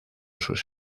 sus